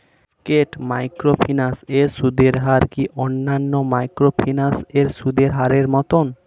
স্কেট microfinance এর সুদের হার কি অন্যান্য মাইক্রোফিন্যান্স এর সুদের হারের মতন?